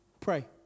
Pray